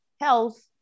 health